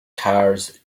cars